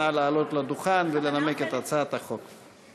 נא לעלות לדוכן ולנמק את הצעת החוק.